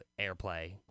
airplay